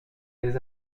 des